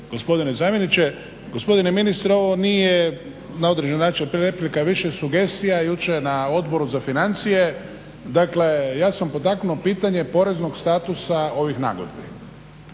gospodine zamjeniče. Gospodine ministre ovo nije na određen način replika, više sugestija, jučer na Odboru za financije dakle ja sam potaknuo pitanje poreznog statusa ovih nagodbi.